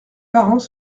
parents